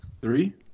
Three